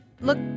look